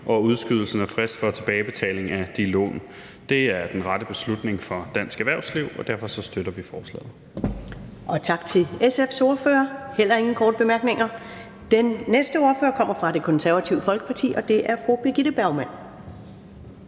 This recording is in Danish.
og udskydelsen af fristen for tilbagebetaling de lån. Det er den rette beslutning for dansk erhvervsliv, og derfor støtter vi lovforslaget.